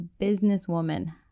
businesswoman